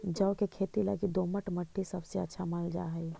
जौ के खेती लगी दोमट मट्टी सबसे अच्छा मानल जा हई